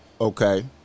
Okay